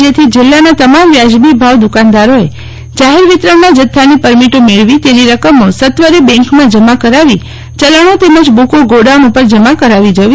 જેથી જિલ્લાના તમામ વ્યાજબી ભાવ દુકાનદારોએ જાહેર વિતરણના જથ્થાની પરમીટો મેળવીતેની રકમો સત્વરે બેંકમાં જમા કરાવી ચલણી તેમજ બુકો ગોડાઉન ઉપર જમા કરાવી જવી